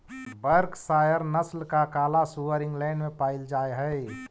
Berkshire नस्ल का काला सुअर इंग्लैण्ड में पायिल जा हई